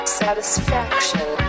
satisfaction